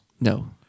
No